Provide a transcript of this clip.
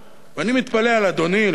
אני מתפלא על אדוני, לפחות,